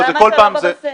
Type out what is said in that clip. למה זה לא בנושא?